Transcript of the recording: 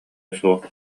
суох